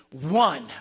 one